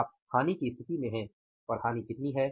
आप हानि की स्थिति में हैं और हानि कितनी है